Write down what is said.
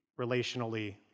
relationally